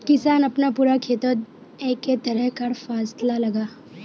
किसान अपना पूरा खेतोत एके तरह कार फासला लगाः